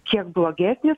kiek blogesnis